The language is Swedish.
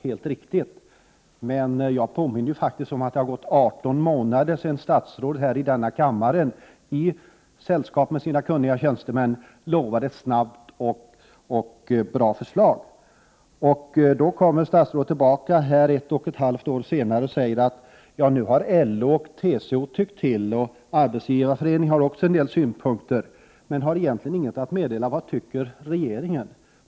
Men som jag påminde om har det gått hela 18 månader sedan statsrådet i denna kammare i sällskap med sina kunniga tjänstemän lovade ett snabbt och bra förslag. Nu, ett och ett halvt år senare, kommer statsrådet tillbaka och säger att LO och TCO har tyckt till och att Arbetsgivareföreningen anfört en del synpunkter men har egentligen ingenting att meddela om vad regeringen anser.